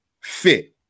fit